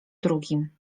drugim